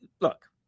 look